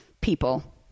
people